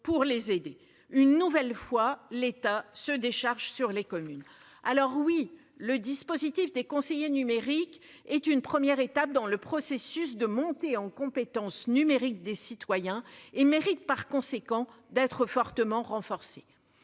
pour les aider une nouvelle fois l'État se décharge sur les communes alors oui le dispositif des conseillers numérique est une première étape dans le processus de monter en compétences numériques des citoyens et par conséquent d'être fortement renforcés